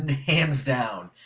hands down!